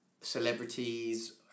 celebrities